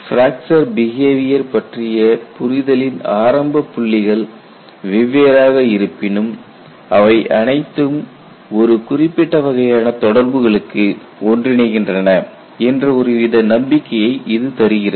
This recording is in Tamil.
பிராக்சர் பிஹேவியர் பற்றிய புரிதலின் ஆரம்பப் புள்ளிகள் வெவ்வேறாக இருப்பினும் அவை அனைத்தும் ஒரு குறிப்பிட்ட வகையான தொடர்புகளுக்கு ஒன்றிணைகின்றன என்ற ஒருவித நம்பிக்கையை இது தருகிறது